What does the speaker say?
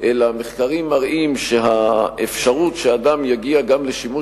אלא מחקרים מראים שהאפשרות שאדם יגיע גם לשימוש